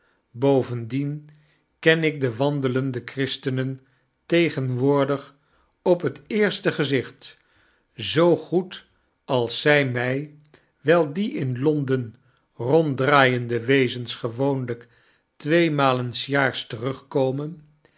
bovendien ken ik de wandelende christenen tegenwoordig op het eerste gezicht zoo goed als zy my wyl die in l o n d e n ronddraaiende wezens gewoonlyk tweemalen s jaars terugkomen